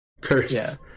curse